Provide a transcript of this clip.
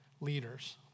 leaders